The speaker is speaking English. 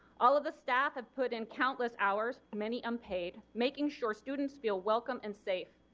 all of the staff have put in countless hours, many unpaid, making sure students feel welcome and safe.